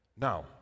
now